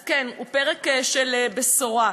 אז כן, זה פרק של בשורה.